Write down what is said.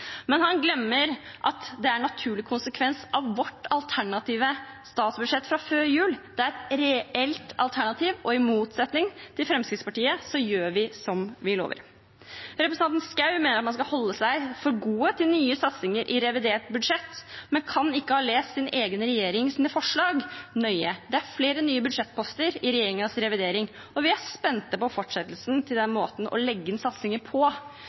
men han glemmer at det er en naturlig konsekvens av vårt alternative statsbudsjett fra før jul. Det er et reelt alternativ, og i motsetning til Fremskrittspartiet gjør vi som vi lover. Representanten Schou mener man skal holde seg for god for nye satsinger i revidert budsjett, men hun kan ikke ha lest sin egen regjerings forslag nøye, for det er flere nye budsjettposter i regjeringens revidering. Vi er spent på fortsettelsen av den måten å legge inn satsinger på.